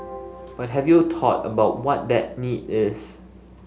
but have you taught about what that need is